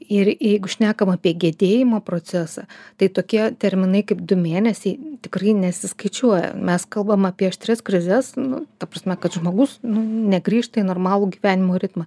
ir jeigu šnekam apie gedėjimo procesą tai tokie terminai kaip du mėnesiai tikrai nesiskaičiuoja mes kalbam apie aštrias krizes nu ta prasme kad žmogus nu negrįžta į normalų gyvenimo ritmą